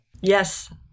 yes